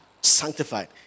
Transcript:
sanctified